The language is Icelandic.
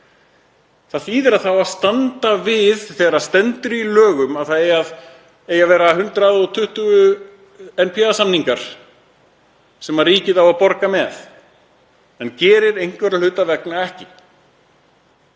Það þýðir að standa á við það sem stendur í lögum um að það eigi að vera 120 NPA-samningar sem ríkið á að borga með en það gerir einhverra hluta vegna ekki.